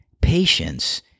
Patience